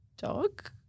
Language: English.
dog